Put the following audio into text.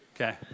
Okay